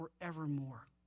forevermore